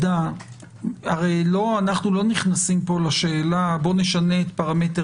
הרי אנחנו לא נכנסים פה לשאלה: בואו נשנה את פרמטר